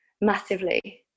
massively